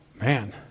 man